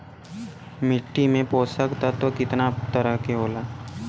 मिट्टी में पोषक तत्व कितना तरह के होला?